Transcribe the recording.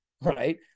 right